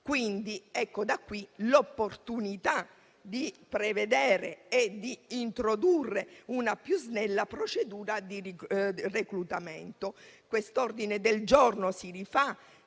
italiano. Da qui l'opportunità di prevedere e di introdurre una più snella procedura di reclutamento. Questo ordine del giorno - è